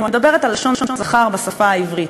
אני מדברת על לשון זכר בשפה העברית.